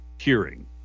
hearing